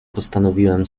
postanowiłem